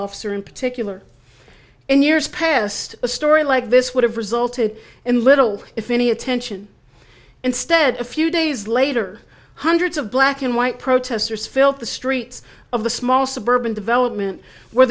officer in particular in years past a story like this would have resulted in little if any attention instead a few days later hundreds of black and white protesters filled the streets of the small suburban development where